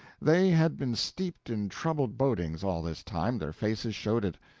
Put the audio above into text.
they had been steeped in troubled bodings all this time their faces showed it.